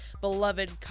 beloved